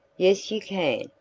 yes you can,